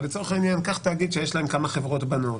אבל לצורך העניין קח תאגיד שיש לו כמה חברות בנות,